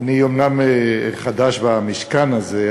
אני אומנם חדש במשכן הזה,